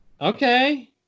okay